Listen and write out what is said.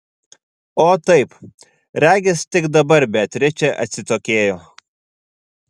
o taip regis tik dabar beatričė atsitokėjo